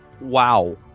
Wow